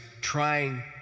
trying